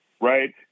right